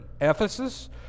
Ephesus